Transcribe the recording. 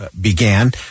began